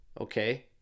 okay